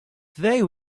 they